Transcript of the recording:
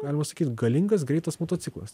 galima sakyt galingas greitas motociklas